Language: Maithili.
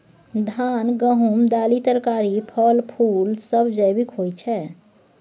धान, गहूम, दालि, तरकारी, फल, फुल सब जैविक होई छै